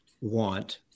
want